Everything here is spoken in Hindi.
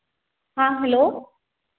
हाँ हलो